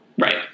Right